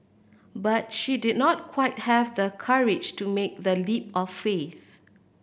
but she did not quite have the courage to make that leap of faith